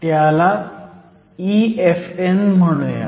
त्याला EFn म्हणूयात